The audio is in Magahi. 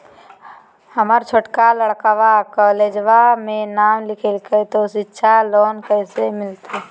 हमर छोटका लड़कवा कोलेजवा मे नाम लिखाई, तो सिच्छा लोन कैसे मिलते?